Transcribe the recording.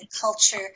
culture